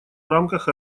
рамках